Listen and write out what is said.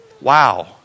wow